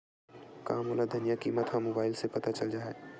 का मोला धनिया किमत ह मुबाइल से पता चल जाही का?